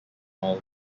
all